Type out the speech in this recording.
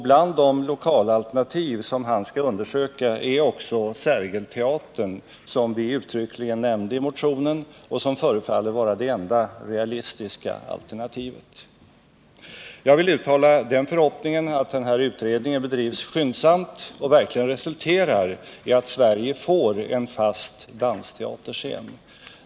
Bland de lokalalternativ som han skall undersöka finns också Sergelteatern, som vi uttryckligen nämnde i motionen. Detta förefaller också vara det enda realistiska alternativet. Jag vill uttala förhoppningen att utredningen bedrivs skyndsamt och verkligen resulterar i att Sverige får en fast dansteaterscen.